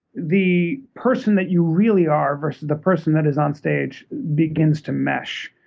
the person that you really are versus the person that is on stage begins to mesh.